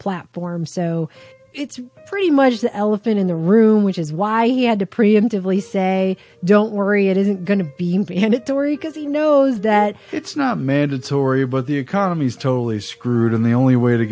platform so it's pretty much the elephant in the room which is why he had to preemptively say don't worry it isn't going to be and it dorry because he knows that it's not mandatory but the economy is totally screwed in the only way to